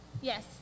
Yes